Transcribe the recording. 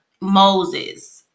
Moses